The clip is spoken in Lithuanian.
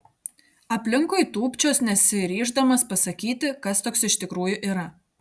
aplinkui tūpčios nesiryždamas pasakyti kas toks iš tikrųjų yra